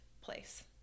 place